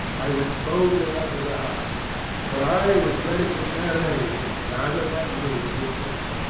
i went boldly up to the house for i was ready to dare anything rather than lose the ring.